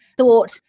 thought